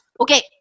Okay